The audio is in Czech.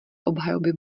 obhajoby